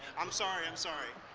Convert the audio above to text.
i'm sorry, i'm sorry.